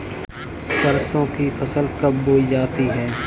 सरसों की फसल कब बोई जाती है?